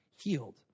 healed